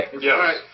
Yes